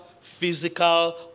physical